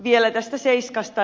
vielä tästä seiskasta